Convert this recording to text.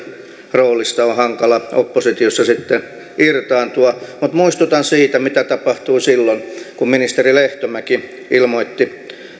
roolista on hankala oppositiossa sitten irtaantua muistutan siitä mitä tapahtui silloin kun ministeri lehtomäki ilmoitti